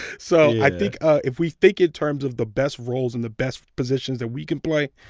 so i think if we think in terms of the best roles and the best positions that we can play,